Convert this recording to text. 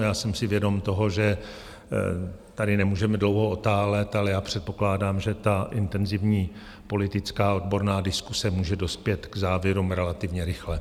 Já jsem si vědom toho, že tady nemůžeme dlouho otálet, ale předpokládám, že intenzivní politická, odborná diskuse může dospět k závěrům relativně rychle.